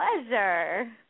pleasure